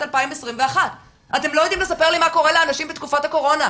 2021. אתם לא יודעים לספר לי מה קורה לאנשים בתקופת הקורונה,